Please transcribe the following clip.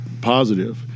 positive